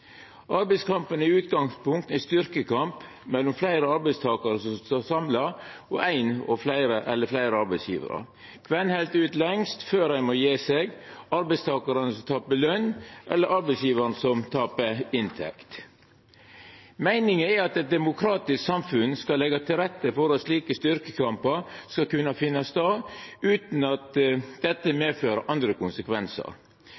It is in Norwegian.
i utgangspunktet ein styrkekamp mellom fleire arbeidstakarar som står samla, og ein eller fleire arbeidsgjevarar. Kven held ut lengst før ein må gje seg – arbeidstakarane, som tapar løn, eller arbeidsgjevaren, som tapar inntekt? Meininga er at eit demokratisk samfunn skal leggja til rette for at slike styrkekampar skal kunna finna stad utan at dette